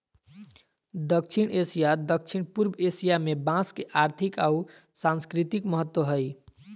दक्षिण एशिया, दक्षिण पूर्व एशिया में बांस के आर्थिक आऊ सांस्कृतिक महत्व हइ